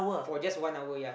for just one hour ya